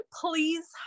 Please